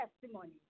testimony